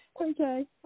Okay